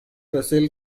russell